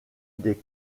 des